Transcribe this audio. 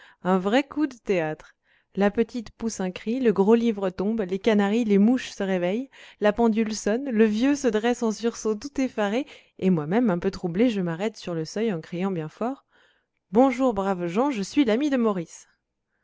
un vrai coup de théâtre la petite pousse un cri le gros livre tombe les canaris les mouches se réveillent la pendule sonne le vieux se dresse en sursaut tout effaré et moi-même un peu troublé je m'arrête sur le seuil en criant bien fort bonjour braves gens je suis l'ami de maurice